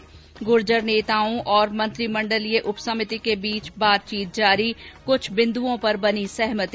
् गुर्जर नेताओं और मंत्रिमंडलीय उपसमिति के बीच बातचीत जारी कुछ बिन्दुओं पर बनी सहमति